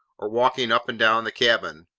or walking up and down the cabin,